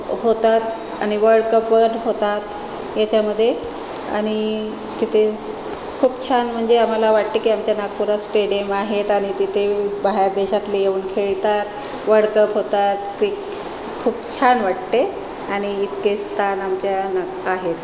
होतात आणि वर्ल्डकप पण होतात याच्यामध्ये आणि तिथे खूप छान म्हणजे आम्हाला वाटते की आमच्या नागपुरात स्टेडियम आहेत आणि तिथे बाहेर देशातले येऊन खेळतात वर्ल्डकप होतात खूप छान वाटते आणि इतके स्थान आमच्या ना आहेत